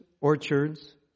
orchards